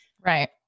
Right